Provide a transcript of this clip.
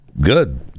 good